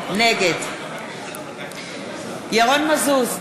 נגד ירון מזוז,